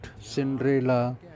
Cinderella